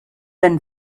and